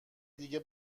دیگه